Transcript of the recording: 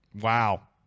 Wow